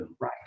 Right